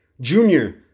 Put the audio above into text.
Junior